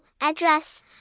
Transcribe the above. address